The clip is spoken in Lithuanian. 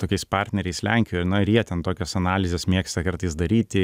tokiais partneriais lenkijoj na ir jie ten tokias analizes mėgsta kartais daryti